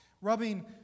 rubbing